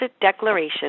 declaration